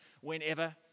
whenever